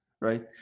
right